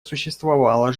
существовала